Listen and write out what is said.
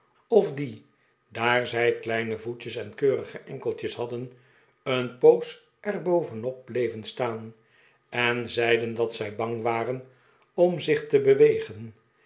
of die daar zij kleine voetjes en keurige enkeltjes hadden een poos er bovenop bleven staan en zeiden dat zij bang waren om zich te hewegen